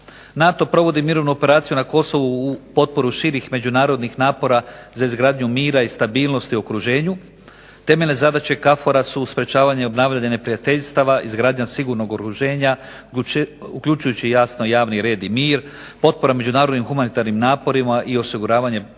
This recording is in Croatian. NATO provodi mirovnu operaciju u Kosovu u potporu širih međunarodnih napora za izgradnju mira i stabilnosti u okruženju. Temeljne zadaće KFOR-a su sprečavanje i obnavljanje neprijateljstava, izgradnja sigurnog okruženja uključujući jasno javni red i mir, potpora međunarodnim humanitarnim naporima i osiguravanje provedbe